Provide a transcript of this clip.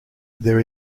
there